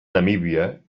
namíbia